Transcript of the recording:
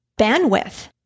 bandwidth